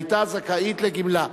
היתה זכאית לגמלה".